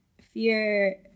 fear